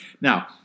Now